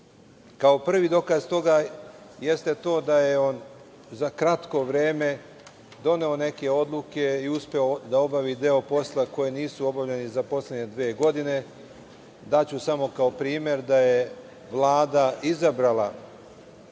prvi dokaz toga jeste to da je on za kratko vreme doneo neke odluke i uspeo da obavi deo posla koji nisu obavljeni za poslednje dve godine. Kao primer daću, da je Vlada izabrala